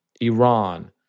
Iran